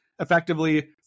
effectively